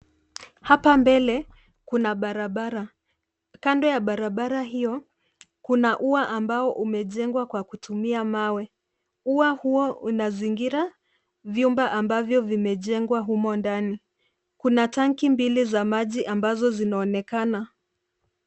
Hapa mbele kuna barabara. Kando ya barabara hiyo, kuna ua ambao umejengwa kwa kutumia mawe. Ua huo unazingira vyombo ambavyo vimejengwa humo ndani. Kuna tangi mbili za maji ambazo zinaonekana.